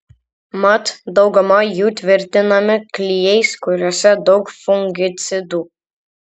mat dauguma jų tvirtinami klijais kuriuose daug fungicidų